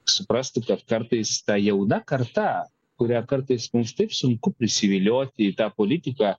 suprastų kad kartais ta jauna karta kurią kartais taip sunku prisivilioti į tą politiką